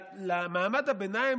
למעמד הביניים,